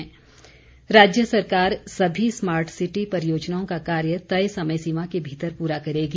सरवीण राज्य सरकार सभी स्मार्ट सिटी परियोजनाओं का कार्य तय समय सीमा के भीतर पूरा करेगी